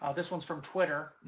ah this one's from twitter,